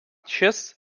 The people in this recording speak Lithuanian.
šis